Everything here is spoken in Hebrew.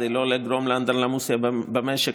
כדי לא לגרום לאנדרלמוסיה במשק,